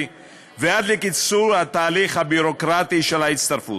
ועד לקיצור התהליך הביורוקרטי של ההצטרפות.